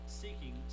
seeking